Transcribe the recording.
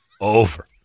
over